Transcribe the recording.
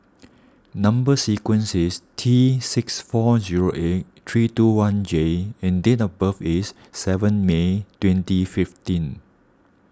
Number Sequence is T six four zero eight three two one J and date of birth is seven May twenty fifteen